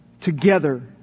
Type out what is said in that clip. together